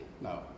No